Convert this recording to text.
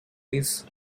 liz